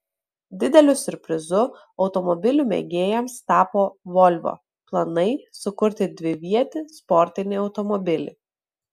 dideliu siurprizu automobilių mėgėjams tapo volvo planai sukurti dvivietį sportinį automobilį